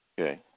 Okay